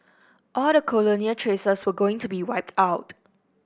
all the colonial traces were going to be wiped out